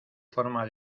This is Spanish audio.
forma